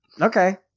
Okay